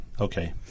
okay